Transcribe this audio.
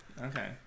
okay